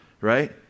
right